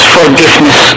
forgiveness